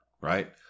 right